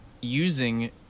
using